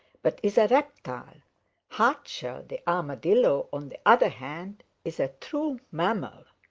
but is a reptile. hardshell the armadillo, on the other hand, is a true mammal.